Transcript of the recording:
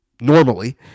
normally